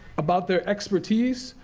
about their expertise,